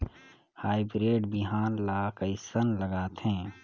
Hybrid बिहान ला कइसन लगाथे?